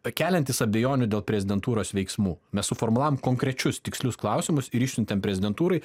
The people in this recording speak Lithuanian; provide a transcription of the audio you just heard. pakeliantys abejonių dėl prezidentūros veiksmų mes mes suformulavom konkrečius tikslius klausimus ir išsiuntėm prezidentūrai